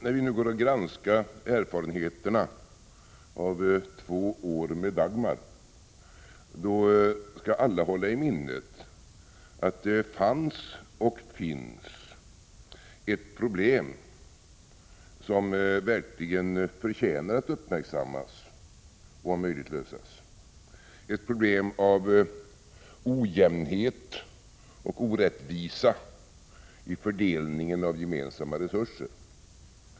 När vi nu skall granska erfarenheterna av två år med Dagmar, tycker jag att alla skall hålla i minnet att det fanns och finns ett problem som verkligen förtjänar att uppmärksammas och om möjligt lösas, ett problem av ojämnhet och orättvisa i fördelningen av gemensamma resurser.